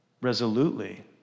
resolutely